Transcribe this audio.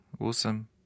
Awesome